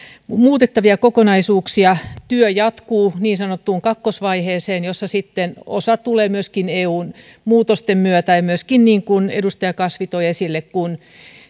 muutettavia kokonaisuuksia työ jatkuu niin sanottuun kakkosvaiheeseen jossa osa tulee sitten myöskin eun muutosten myötä ja myöskin sitten niin kuin edustaja kasvi toi esille kun